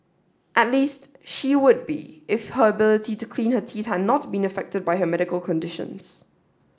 at least she would be if her ability to clean her teeth had not been affected by her medical conditions